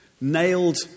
Nailed